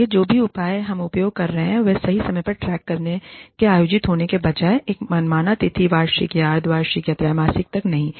इसलिए जो भी उपाय हम उपयोग कर रहे हैं वह सही समय पर ट्रैक करने के आयोजित होने के बजाय एक मनमाना तिथि वार्षिक या अर्ध वार्षिक या त्रैमासिक तक नहीं